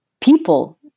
people